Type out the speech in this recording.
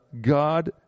God